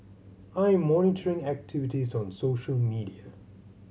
I'm monitoring activities on social media